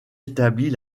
établit